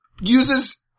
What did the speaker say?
uses